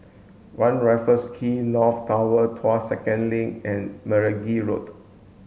One Raffles Quay North Tower Tuas Second Link and Meragi Road